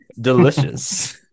Delicious